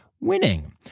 Winning